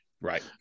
Right